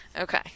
Okay